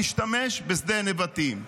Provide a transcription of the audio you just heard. להשתמש בשדה נבטים.